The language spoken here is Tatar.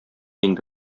инде